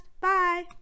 Bye